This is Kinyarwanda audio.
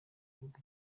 igihugu